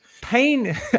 pain